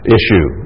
issue